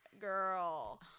Girl